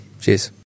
Cheers